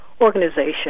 organization